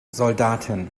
soldaten